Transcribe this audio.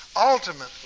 ultimately